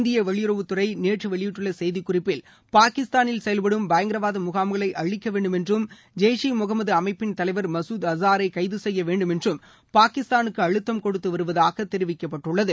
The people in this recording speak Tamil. இந்திய வெளியுறவுத்துறை நேற்று வெளியிட்டுள்ள செய்தி குறிப்பில் பாகிஸ்தானில் செயல்படும் பயங்கரவாத முகாம்களை அழிக்க வேண்டும் என்றும் ஜெய்ஸ் இ முகமது அமைப்பின் தலைவர் மசூத் அசாளர கைது செய்ய வேண்டுமென்றும் பாகிஸ்தானுக்கு அழுத்தம் கொடுத்துவருவதாக தெரிவிக்கப்பட்டுள்ளது